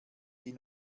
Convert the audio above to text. die